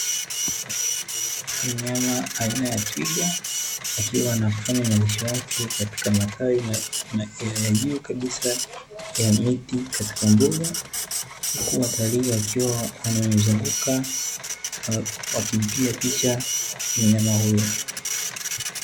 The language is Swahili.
Mnyama aina ya twiga, akiwa anafanya malisho yake katika matawi ya juu kabisa ya miti katika mbuga, huku watalii wakiwa wanamzunguka, wakimpiga picha mnyama huyo.